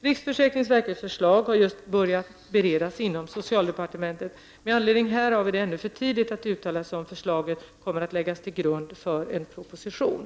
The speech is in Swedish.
Riksförsäkringsverkets förslag har just börjat beredas inom socialdepartementet. Med anledning härav är det ännu för tidigt att uttala sig om förslaget kommer att läggas till grund för en proposition.